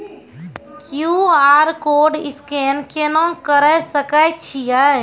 QR code scan केना करै सकय छियै?